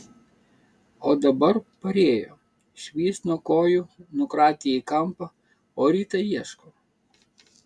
o dabar parėjo švyst nuo kojų nukratė į kampą o rytą ieško